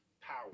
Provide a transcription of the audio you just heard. power